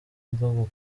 bwo